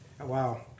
Wow